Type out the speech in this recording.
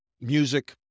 music